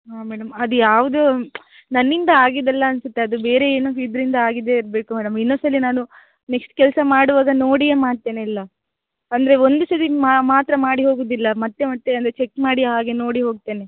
ಹಾಂ ಮೇಡಮ್ ಅದು ಯಾವುದೋ ನನ್ನಿಂದ ಆಗಿದ್ದಲ್ಲ ಅನಿಸುತ್ತೆ ಅದು ಬೇರೆ ಏನೋ ಇದರಿಂದ ಆಗಿದೆ ಇರಬೇಕು ಮೇಡಮ್ ಇನ್ನೊಂದ್ಸಲಿ ನಾನು ನೆಕ್ಶ್ಟ್ ಕೆಲಸ ಮಾಡುವಾಗ ನೋಡಿಯೇ ಮಾಡ್ತೇನೆಲ್ಲ ಅಂದರೆ ಒಂದು ಸಲ ಮಾತ್ರ ಮಾಡಿ ಹೋಗೋದಿಲ್ಲ ಮತ್ತೆ ಮತ್ತೆ ಅಂದರೆ ಚೆಕ್ ಮಾಡಿ ಹಾಗೆ ನೋಡಿ ಹೋಗ್ತೇನೆ